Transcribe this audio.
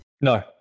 No